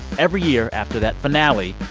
every year after that finale,